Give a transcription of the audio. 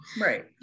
right